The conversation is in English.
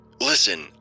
Listen